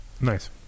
Nice